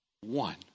One